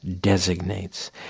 designates